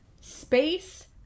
space